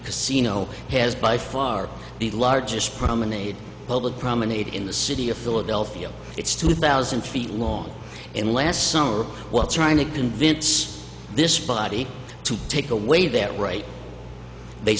casino has by far the largest promenade public promenade in the city of philadelphia it's two thousand feet long and last summer what's trying to convince this body to take away that right they